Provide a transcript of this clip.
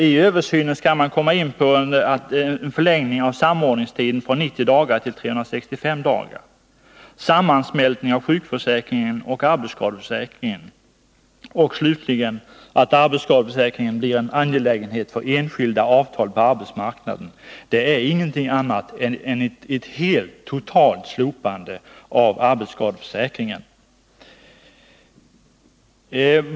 I översynen skall man överväga en förlängning av samordningstiden från 90 dagar till 365 dagar, en sammansmältning av sjukförsäkringen och arbetsskadeförsäkringen och slutligen att göra arbetsskadeförsäkringen till en angelägenhet för enskilda avtal på arbetsmarknaden. Det innebär ingenting annat än ett totalt slopande av arbetsskadeförsäkringen.